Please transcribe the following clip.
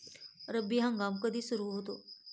रब्बी हंगाम कधी सुरू होतो?